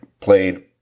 played